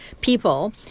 people